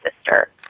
sister